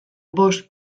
bost